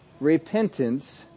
repentance